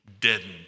deadened